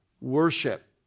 worship